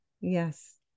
Yes